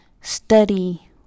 study